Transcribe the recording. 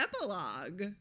epilogue